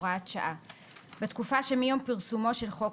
הוראת שעה 1. בתקופה שמיום פרסומו של חוק